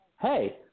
hey